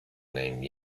named